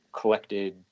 collected